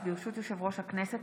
ברשות יושב-ראש הכנסת,